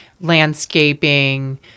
landscaping